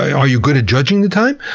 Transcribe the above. are you good at judging the time?